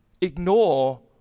ignore